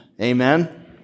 Amen